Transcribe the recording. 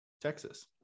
Texas